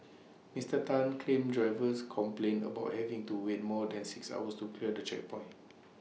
Mister Tan claimed drivers complained about having to wait more than six hours to clear the checkpoint